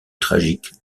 tragiques